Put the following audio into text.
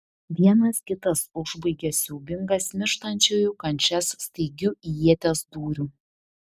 vienas kitas užbaigė siaubingas mirštančiųjų kančias staigiu ieties dūriu